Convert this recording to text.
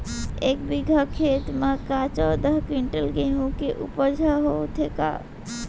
एक बीघा खेत म का चौदह क्विंटल गेहूँ के उपज ह होथे का?